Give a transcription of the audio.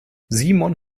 simon